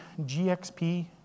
GXP